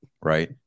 right